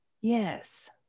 Yes